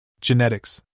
Genetics